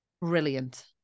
brilliant